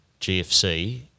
GFC